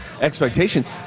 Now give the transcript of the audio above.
expectations